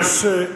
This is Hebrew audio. א.